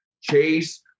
Chase